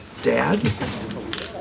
dad